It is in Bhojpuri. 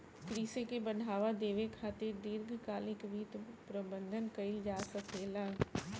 कृषि के बढ़ावा देबे खातिर दीर्घकालिक वित्त प्रबंधन कइल जा सकेला